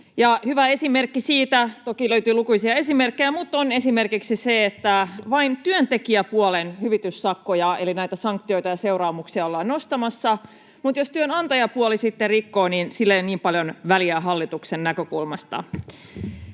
Hyvä esimerkki siitä — toki löytyy lukuisia esimerkkejä — on esimerkiksi se, että vain työntekijäpuolen hyvityssakkoja eli näitä sanktioita ja seuraamuksia ollaan nostamassa, mutta jos työnantajapuoli sitten rikkoo, niin sillä ei ole niin paljon väliä hallituksen näkökulmasta.